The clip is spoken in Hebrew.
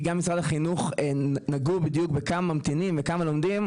כי משרד החינוך נגעו בדיוק בכמה ממתינים וכמה לומדים.